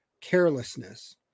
carelessness